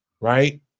right